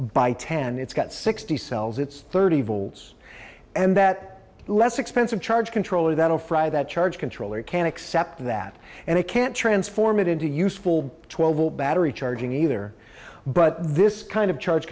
by ten it's got sixty cells it's thirty volts and that less expensive charge controller that will fry that charge controller can accept that and it can't transform it into a useful twelve old battery charging either but this kind of charge